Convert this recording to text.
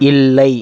இல்லை